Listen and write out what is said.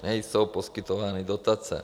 Nejsou poskytovány dotace.